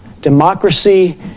democracy